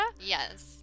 yes